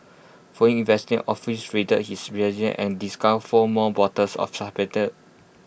following officers raided his and discovered four more bottles of suspected